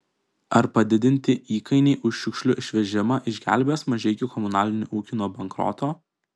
ar padidinti įkainiai už šiukšlių išvežimą išgelbės mažeikių komunalinį ūkį nuo bankroto